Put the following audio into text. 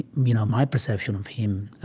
you know, my perception of him,